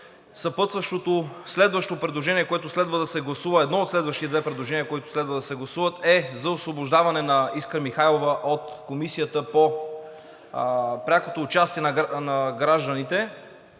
следващите две предложения, които следва да се гласуват, е за освобождаване на Искра Михайлова от Комисията за прякото участие на гражданите